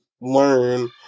learn